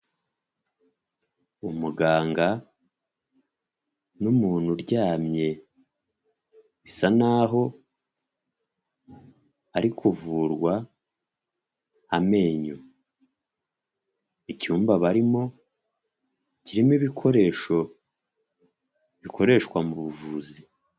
Umuganga n'umuntu uryamye bisa n'aho ari kuvurwa amenyo icyumba barimo kirimo ibikoresho bikoreshwa mu buvuzi.